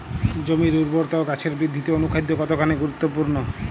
জমির উর্বরতা ও গাছের বৃদ্ধিতে অনুখাদ্য কতখানি গুরুত্বপূর্ণ?